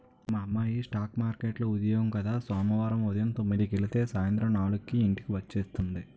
మా అమ్మాయికి స్ఠాక్ మార్కెట్లో ఉద్యోగం కద సోమవారం ఉదయం తొమ్మిదికెలితే సాయంత్రం నాలుక్కి ఇంటికి వచ్చేస్తుంది